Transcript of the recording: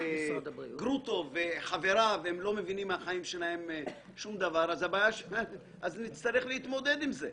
גרוטו וחבריו לא מבינים שום דבר ואז נצטרך להתמודד עם זה.